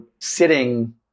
sitting